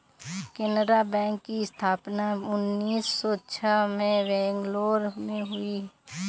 Canara bank की स्थापना उन्नीस सौ छह में मैंगलोर में हुई